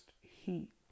heat